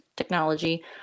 technology